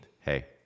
Hey